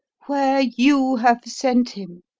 where you have sent him.